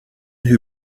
who